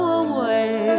away